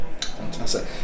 Fantastic